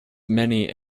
many